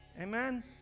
Amen